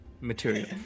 material